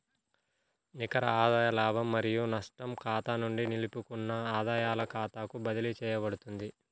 నికర ఆదాయ లాభం మరియు నష్టం ఖాతా నుండి నిలుపుకున్న ఆదాయాల ఖాతాకు బదిలీ చేయబడుతుంది